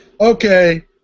Okay